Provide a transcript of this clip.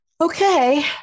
Okay